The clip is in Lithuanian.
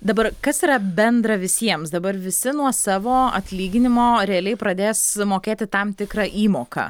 dabar kas yra bendra visiems dabar visi nuo savo atlyginimo realiai pradės mokėti tam tikrą įmoką